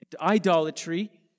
Idolatry